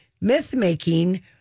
myth-making